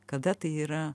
kada tai yra